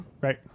Right